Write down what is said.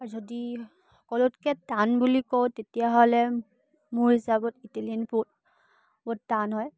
আৰু যদি সকলোতকৈ টান বুলি কওঁ তেতিয়াহ'লে মোৰ হিচাপত ইটালিয়ান ফুড বহুত টান হয়